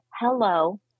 hello